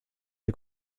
est